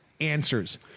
answers